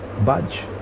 budge